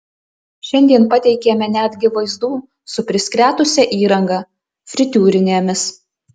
šiandien pateikėme netgi vaizdų su priskretusia įranga fritiūrinėmis